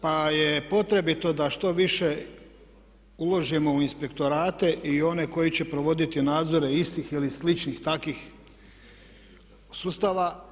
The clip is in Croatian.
Pa je potrebito da što više uložimo u inspektorate i one koji će provoditi nadzore istih ili sličnih takvih sustava.